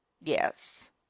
yes